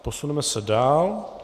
Posuneme se dál.